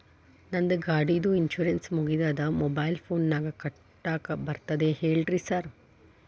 ನಂದ್ ಗಾಡಿದು ಇನ್ಶೂರೆನ್ಸ್ ಮುಗಿದದ ಮೊಬೈಲ್ ಫೋನಿನಾಗ್ ಕಟ್ಟಾಕ್ ಬರ್ತದ ಹೇಳ್ರಿ ಸಾರ್?